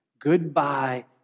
goodbye